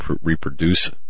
reproduce